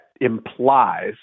implies